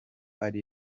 ari